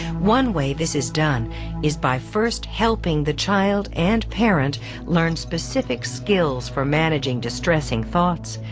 one way this is done is by first helping the child and parent learn specific skills for managing distressing thoughts,